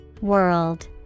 World